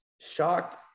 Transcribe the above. shocked